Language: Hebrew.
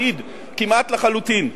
אחיד כמעט לחלוטין,